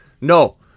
No